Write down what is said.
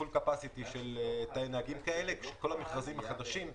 איך אוכפים באוטובוס?